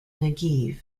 negev